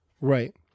Right